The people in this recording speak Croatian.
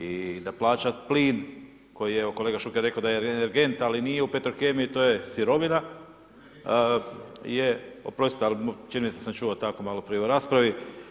I da plaća plin koji je evo kolega Šuker rekao da je energent ali nije u Petrokemiji, to je sirovina… … [[Upadica Šuker, ne čuje se.]] je, oprostite, ali čini mi se da sam čuo tako maloprije u raspravi.